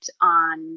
on